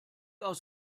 aus